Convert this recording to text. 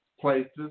places